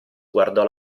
guardò